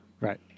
Right